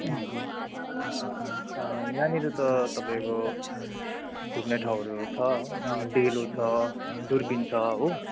यहाँनिर त तपाईँको घुम्ने ठाउँहरू छ डेलो छ दुर्पिन छ हो